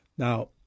Now